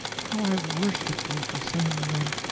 how i worship you for saying them!